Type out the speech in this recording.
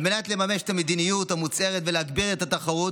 על מנת לממש את המדיניות המוצהרת ולהגביר את התחרות,